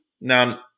Now